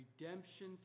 redemption